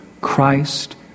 Christ